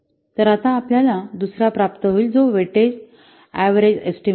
तर आता आपल्याला दुसरा प्राप्त होईल जो वेटेज एव्हरेज एस्टिमेशन आहे